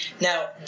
Now